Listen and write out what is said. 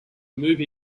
move